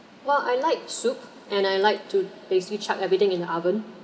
well I like soup and I like to basically chop everything in the oven